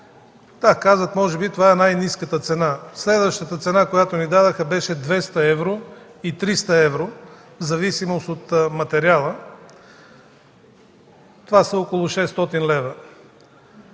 Пак казвам: това е може би най-ниската цена. Следващата цена, която ни дадоха, беше 200 и 300 евро в зависимост от материала, това са около 600 лв.